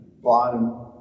bottom